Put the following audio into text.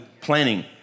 planning